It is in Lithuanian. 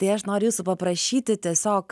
tai aš noriu jūsų paprašyti tiesiog